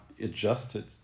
adjusted